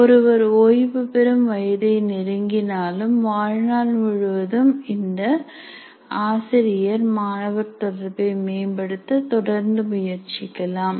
ஒருவர் ஓய்வு பெறும் வயதை நெருங்கினாலும் வாழ்நாள் முழுவதும் இந்த ஆசிரியர் மாணவர் தொடர்பை மேம்படுத்த தொடர்ந்து முயற்சிக்கலாம்